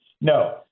no